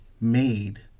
made